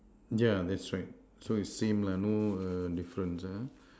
yeah that's right so it seems like no err difference ah